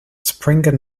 springer